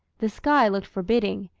the sky looked forbidding,